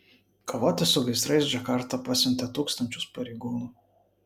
kovoti su gaisrais džakarta pasiuntė tūkstančius pareigūnų